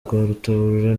rwarutabura